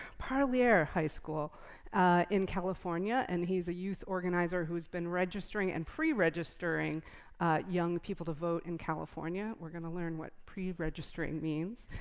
parlier high school in california, and he's a youth organizer who's been registering and pre-registering young people to vote in california. we're gonna learn what pre-registering means.